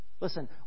Listen